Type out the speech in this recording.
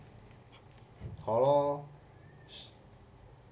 ha lor